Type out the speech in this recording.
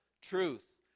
truth